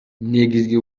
негизги